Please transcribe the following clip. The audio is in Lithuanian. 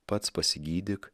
pats pasigydyk